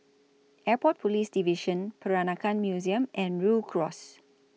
Airport Police Division Peranakan Museum and Rhu Cross